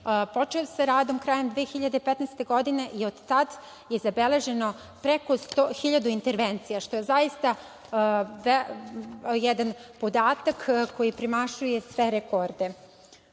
počeo sa radom krajem 2015. godine, i od tada je zabeleženo preko 1.000 intervencija, što je zaista jedan podatak koji premašuje sve rekorde. Ono